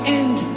end